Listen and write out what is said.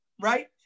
right